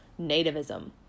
nativism